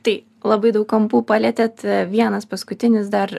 tai labai daug kampų palietėt vienas paskutinis dar